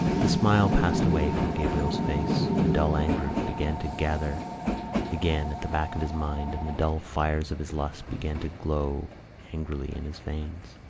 the smile passed away from gabriel's face. a dull anger began to gather again at the back of his mind and the dull fires of his lust began to glow angrily in his veins.